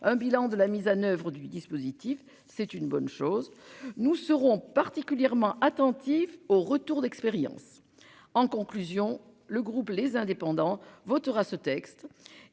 un bilan de la mise en oeuvre du dispositif, c'est une bonne chose. Nous serons particulièrement attentifs au retour d'expérience. En conclusion, le groupe les indépendants votera ce texte